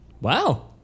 Wow